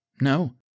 No